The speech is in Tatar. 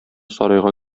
сарайга